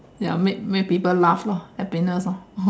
ya make make people laugh lah happiness lah